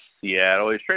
Seattle